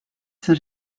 saint